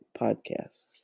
podcasts